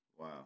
Wow